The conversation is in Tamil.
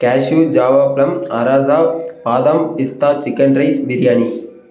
கேஷ்யூ ஜாவாப்ளம் அராஸா பாதாம் பிஸ்தா சிக்கன் ரைஸ் பிரியாணி